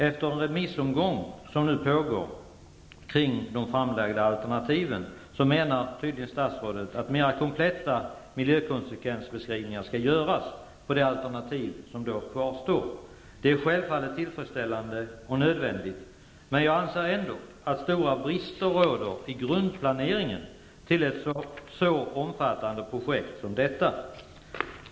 Efter den remissomgång som nu pågår kring de framlagda alternativen, menar tydligen statsrådet att mera konkreta miljökonsekvensbeskrivningar skall göras över de alternativ som då kvarstår. Det är självfallet tillfredsställande och nödvändigt. Jag anser ändock att stora brister råder i grundplaneringen för ett så omfattande projekt som detta.